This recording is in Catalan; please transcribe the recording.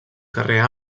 carrer